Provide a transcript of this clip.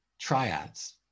triads